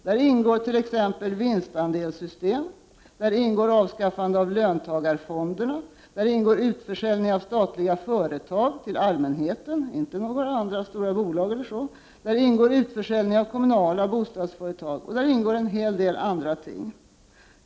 Där ingår t.ex. vinstandelssystem, avskaffande av löntagarfonderna utförsäljning av statliga företag till allmänheten -— inte till några stora bolag —, utförsäljning av kommunala bostadsföretag och en hel del andra ting.